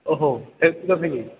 ଓହୋ